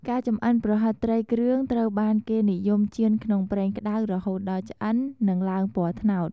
ការចំអិន ប្រហិតត្រីគ្រឿងត្រូវបានគេនិយមចៀនក្នុងប្រេងក្តៅរហូតដល់ឆ្អិន និងឡើងពណ៌ត្នោត។